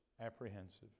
apprehensive